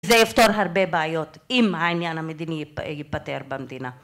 זה יפתור הרבה בעיות אם העניין המדיני ייפתר במדינה.